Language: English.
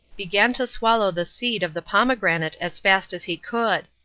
began to swallow the seed of the pomegranate as fast as he could.